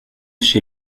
chez